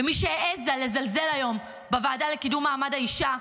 ומי שהעזה לזלזל היום בוועדה לקידום מעמד האישה,